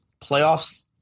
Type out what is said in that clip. playoffs